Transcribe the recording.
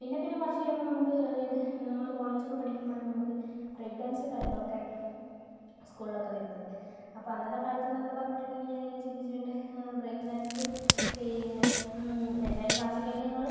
പിന്നെ പിന്നെ കുറച്ചു കഴിയുമ്പോൾ നമുക്ക് അതായത് നമ്മൾ കോളേജൊക്കെ പഠിക്കുമ്പം നമുക്ക് ബ്രേക്ക് ഡാൻസ് കാര്യങ്ങളൊക്കെ സ്കൂളിലൊക്കെ വരുന്നത് അപ്പം അന്നത്തെ കാലത്തെന്നൊക്കെ പറഞ്ഞിട്ടുണ്ടെങ്കിൽ ഞാനിങ്ങനെ ചിന്തിച്ചിട്ടുണ്ട് ബ്രേക്ക് ഡാൻസ് പിന്നെ എന്തായാലും ക്ലാസ്സിക്കലിനേക്കാളും